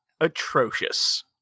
atrocious